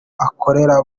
akorera